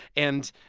and,